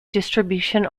distribution